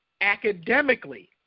Academically